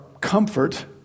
comfort